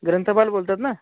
ग्रंथपाल बोलत आहेत ना